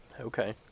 Okay